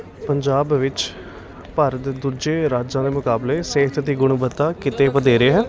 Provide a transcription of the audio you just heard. ਪੰਜਾਬ ਵਿੱਚ ਭਾਰਤ ਦੇ ਦੂਜੇ ਰਾਜਾਂ ਦੇ ਮੁਕਾਬਲੇ ਸਿਹਤ ਦੀ ਗੁਣਵੱਤਾ ਕਿਤੇ ਵਧੇਰੇ ਹੈ